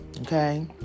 okay